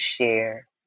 share